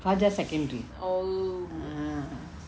fajar secondary ah